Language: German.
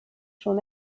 schon